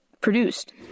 produced